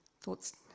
thoughts